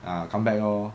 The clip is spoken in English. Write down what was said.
ah come back lor